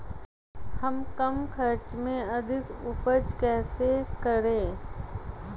हम कम खर्च में अधिक उपज कैसे करें?